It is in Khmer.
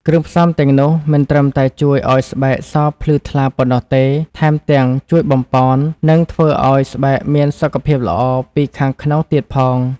គ្រឿងផ្សំទាំងនោះមិនត្រឹមតែជួយឲ្យស្បែកសភ្លឺថ្លាប៉ុណ្ណោះទេ ថែមទាំងជួយបំប៉ន និងធ្វើឲ្យស្បែកមានសុខភាពល្អពីខាងក្នុងទៀតផង។